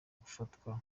gufatwa